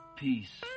peace